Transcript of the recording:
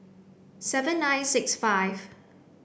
seven nine six five